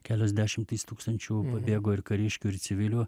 kelios dešimtys tūkstančių pabėgo ir kariškių ir civilių